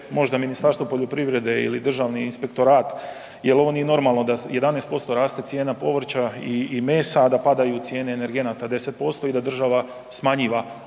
možda Ministarstvo poljoprivrede ili Državni inspektorat jer oni normalno da 11% raste cijena povrća i mesa a da padaju cijene energenata 10% i da država smanjiva